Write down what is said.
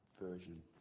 version